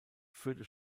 führte